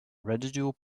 residual